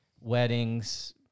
weddings